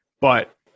but-